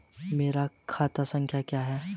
मेरा खाता संख्या क्या है?